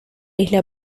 isla